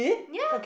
yea